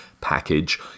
package